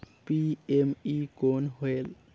PME कौन होयल?